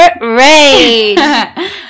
Rage